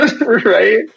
Right